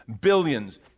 billions